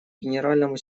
генеральному